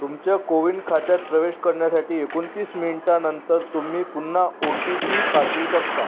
तुमच्या कोविन खात्यात प्रवेश करण्यासाठी एकोणतीस मिनिटानंतर तुम्ही पुन्हा ओ टी पी पाठवू शकता